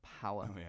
power